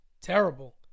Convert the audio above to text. Terrible